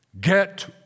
Get